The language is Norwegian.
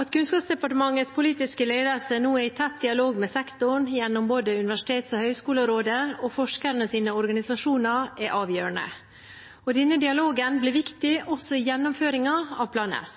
At Kunnskapsdepartementets politiske ledelse nå er i tett dialog med sektoren, gjennom både Universitets- og høgskolerådet og forskernes organisasjoner, er avgjørende. Denne dialogen blir viktig også i gjennomføringen av Plan S,